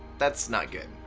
that's not good.